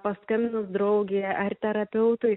paskambinus draugei ar terapeutui